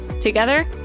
Together